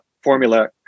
formula